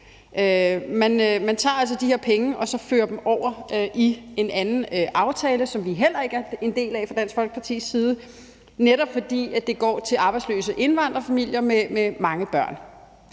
Man tager altså de her penge og fører dem over i en anden aftale, som vi heller ikke er en del af fra Dansk Folkepartis side, netop fordi de går til arbejdsløse indvandrerfamilier med mange børn.